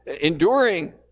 enduring